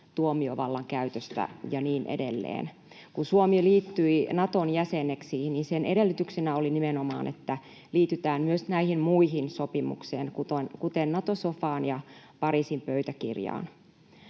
tuomiovallan käytöstä ja niin edelleen. Kun Suomi liittyi Naton jäseneksi, sen edellytyksenä oli nimenomaan se, että liitytään myös näihin muihin sopimuksiin, kuten Nato-sofaan ja Pariisin pöytäkirjaan.